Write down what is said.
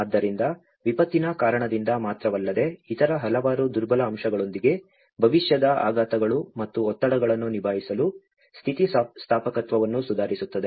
ಆದ್ದರಿಂದ ವಿಪತ್ತಿನ ಕಾರಣದಿಂದ ಮಾತ್ರವಲ್ಲದೆ ಇತರ ಹಲವಾರು ದುರ್ಬಲ ಅಂಶಗಳೊಂದಿಗೆ ಭವಿಷ್ಯದ ಆಘಾತಗಳು ಮತ್ತು ಒತ್ತಡಗಳನ್ನು ನಿಭಾಯಿಸಲು ಸ್ಥಿತಿಸ್ಥಾಪಕತ್ವವನ್ನು ಸುಧಾರಿಸುತ್ತದೆ